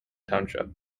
township